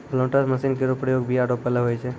planters machine केरो प्रयोग बीया रोपै ल होय छै